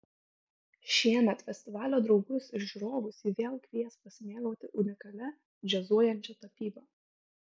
šiemet festivalio draugus ir žiūrovus ji vėl kvies pasimėgauti unikalia džiazuojančia tapyba